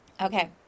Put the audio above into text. Okay